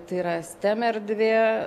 tai yra stem erdvė